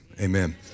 amen